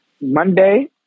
Monday